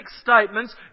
statements